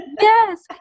yes